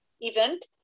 event